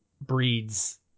breeds